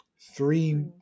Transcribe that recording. Three